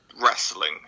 wrestling